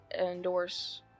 endorse